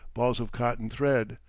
balls of cotton thread,